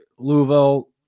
louisville